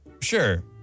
Sure